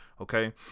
okay